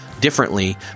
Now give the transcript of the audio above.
differently